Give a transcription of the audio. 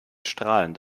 strahlend